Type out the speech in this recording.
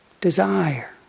desire